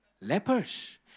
lepers